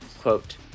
Quote